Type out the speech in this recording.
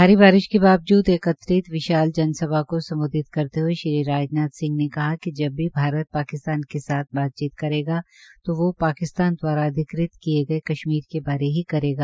भारी बारिश के बावजूद एकत्रित विशाल जन सभा को सम्बोधित करते हये श्री राजनाथ सिंह ने कहा कि जब भी भारत और पाकिस्तान के साथ बातचीत करेगा वो वोह पाकिस्तान दवारा अधिकृत किए गये कश्मीर के बारे ही करेगा